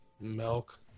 Milk